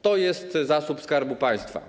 To jest zasób Skarbu Państwa.